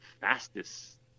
fastest